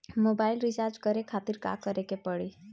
Mobile recharge करे खातिर का करे के पड़ी?